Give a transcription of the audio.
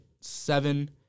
seven